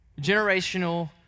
generational